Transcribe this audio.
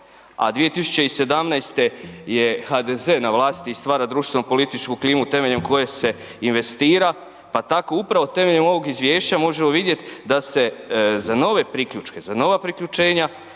a 2017. je HDZ na vlasti i stvara društveno političku klimu temeljem koje se investira, pa tako upravo temeljem ovog izvješća možemo vidjeti da se za nove priključke, za nova priključenja